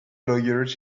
lawyers